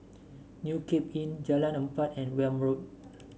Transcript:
New Cape Inn Jalan Empat and Welm Road